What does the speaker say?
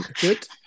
good